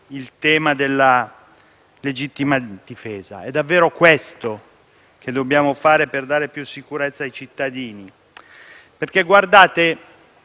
il tema della legittima difesa. È davvero questo che dobbiamo fare per dare più sicurezza ai cittadini? Colleghi, stiamo